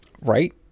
Right